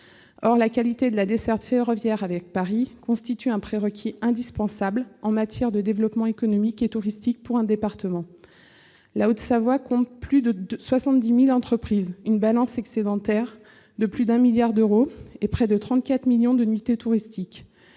Or la qualité de la desserte ferroviaire avec Paris constitue un prérequis indispensable en matière de développement économique et touristique pour un territoire. La Haute-Savoie compte plus de 70 000 entreprises, une balance commerciale excédentaire de plus de 1 milliard d'euros et près de 34 millions de nuitées touristiques.